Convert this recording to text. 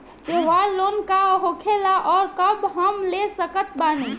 त्योहार लोन का होखेला आउर कब हम ले सकत बानी?